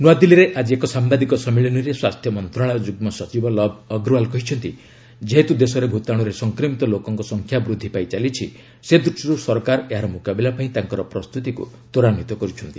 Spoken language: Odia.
ନୂଆଦିଲ୍ଲୀରେ ଆଜି ଏକ ସାମ୍ଭାଦିକ ସମ୍ମିଳନୀରେ ସ୍ୱାସ୍ଥ୍ୟ ମନ୍ତ୍ରଣାଳୟ ଯୁଗ୍ମ ସଚିବ ଲବ୍ ଅଗ୍ରୱାଲ କହିଛନ୍ତି ଯେହେତୁ ଦେଶରେ ଭୂତାଣୁରେ ସଂକ୍ରମିତ ଲୋକଙ୍କ ସଂଖ୍ୟା ବୃଦ୍ଧି ପାଇଚାଲିଛି ସେ ଦୃଷ୍ଟିରୁ ସରକାର ଏହାର ମୁକାବିଲା ପାଇଁ ତାଙ୍କର ପ୍ରସ୍ତୁତିକୁ ତ୍ୱରାନ୍ୱିତ କରୁଛନ୍ତି